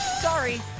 Sorry